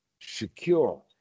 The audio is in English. secure